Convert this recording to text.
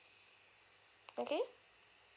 okay